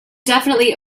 definitely